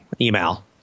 email